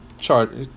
chart